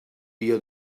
dia